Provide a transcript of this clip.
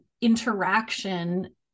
interaction